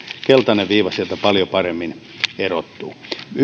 keltainen viiva sieltä paljon paremmin erottuu